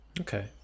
Okay